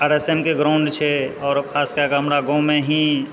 आर S M के ground छै आओर खास कए कऽ हमरा गाममे ही